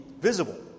visible